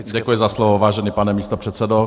Děkuji za slovo, vážený pane místopředsedo.